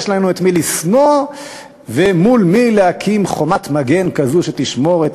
יש לנו את מי לשנוא ומול מי להקים חומת מגן כזאת שתשמור את